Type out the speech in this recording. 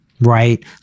right